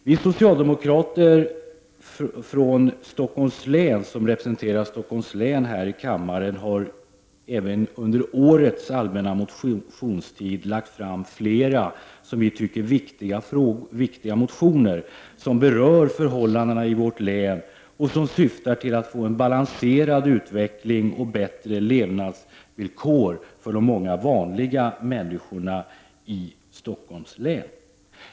Vi socialdemokrater som representerar Stockholms län i denna kammare har även under årets allmänna motionstid väckt flera viktiga motioner som berör förhållandena i vårt län och som syftar till en balanserad utveckling och bättre levnadsvillkor för de många vanliga människorna i Stockholms län.